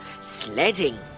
sledding